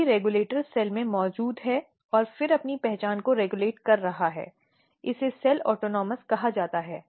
यदि regulator cell में मौजूद है और फिर अपनी पहचान को रेगुलेट कर रहा है इसे सेल ऑटोनॉमसकहा जाता है